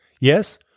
Yes